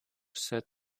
sett